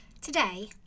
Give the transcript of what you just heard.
Today